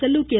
Sellur K